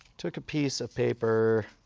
took a piece of paper.